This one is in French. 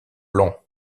blanc